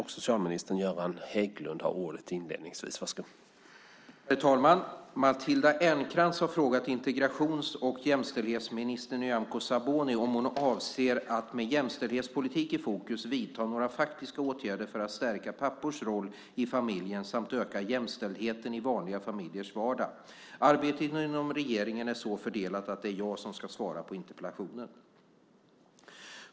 Herr talman! Matilda Ernkrans har frågat integrations och jämställdhetsminister Nyamko Sabuni om hon avser att med jämställdhetspolitik i fokus vidta några faktiska åtgärder för att stärka pappors roll i familjen samt öka jämställdheten i vanliga familjers vardag. Arbetet inom regeringen är så fördelat att det är jag som ska svara på interpellationen.